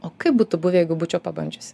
o kaip būtų buvę jeigu būčiau pabandžiusi